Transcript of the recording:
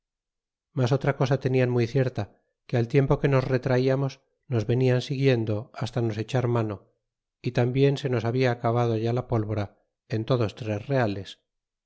mas otra cosa tenian muy cierta que al tiempo que nos retraiamos nos venian siguiendo hasta nos echar mano y tambien se nos habia acabado ya la pólvora en todos tres reales